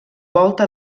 volta